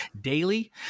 daily